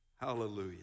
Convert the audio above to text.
Hallelujah